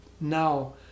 now